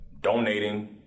donating